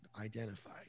identify